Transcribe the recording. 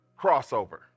Crossover